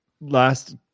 last